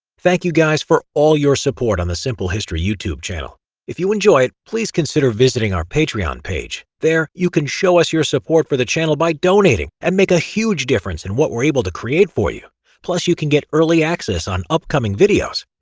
thank you guys for all your support on the simple history youtube channel if you enjoyed please consider visiting our patreon page there you can show us your support for the channel by donating and make a huge difference in what we're able to create for you plus you can get early access on upcoming videos,